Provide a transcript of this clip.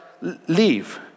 leave